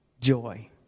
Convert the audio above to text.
joy